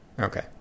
Okay